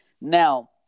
Now